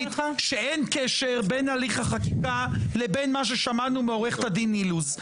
שאין קשר בין הליך החקיקה לבין מה ששמענו מעורכת הדין אילוז,